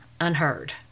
unheard